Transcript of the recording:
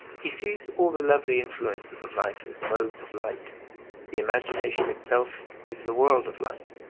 he sees all the lovely influences of life as modes of light the imagination itself is the world of light.